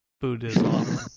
Buddhism